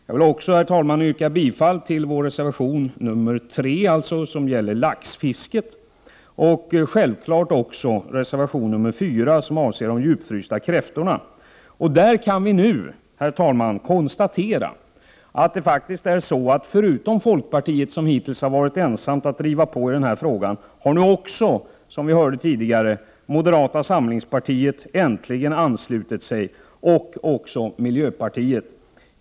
Jag vill också yrka bifall till vår reservation 3 om laxfisket och självfallet också till reservation 4, som avser de djupfrysta kräftorna. Folkpartiet har hittills varit ensamt om att driva på i den frågan, men nu har vi fått höra att moderata samlingspartiet äntligen har anslutit sig och också miljöpartiet.